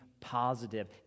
positive